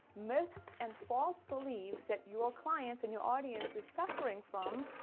myths, and false beliefs that your clients and your audience is suffering from.